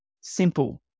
Simple